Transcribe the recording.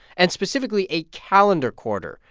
and, specifically, a calendar quarter,